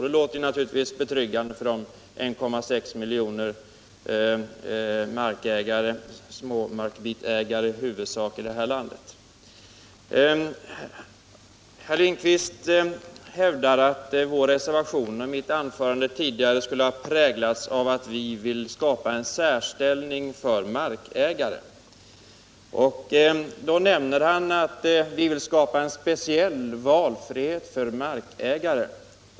Det låter naturligtvis betryggande för de 1,5 miljoner markägare — i huvudsak småmarkbitägare — som finns i det här landet. Herr Lindkvist hävdar att vår reservation och mitt anförande tidigare skulle ha präglats av att vi vill skapa en särställning för markägare, och han säger att vi vill skapa en speciell valfrihet för markägare.